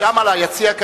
שם ביציע,